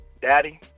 daddy